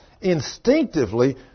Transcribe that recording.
instinctively